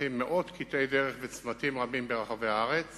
בדרכים מאות קטעי דרך וצמתים רבים ברחבי הארץ